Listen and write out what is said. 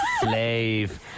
slave